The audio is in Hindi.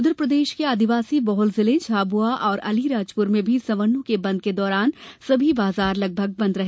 उधर प्रदेश के आदिवासी बहुल जिले झाबुआ और अलीराजपुर में भी सवर्णो के बंद के दौरान सभी बाजार लगभग बंद रहे